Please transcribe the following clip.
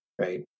Right